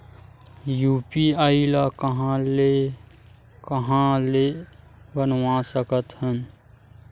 UPI ल कहां ले कहां ले बनवा सकत हन?